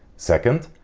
second,